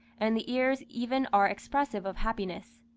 and the ears even are expressive of happiness.